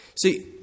See